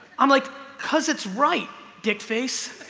i'm like cuz it's right dick face